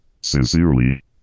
Sincerely